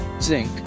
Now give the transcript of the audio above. Zinc